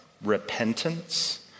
repentance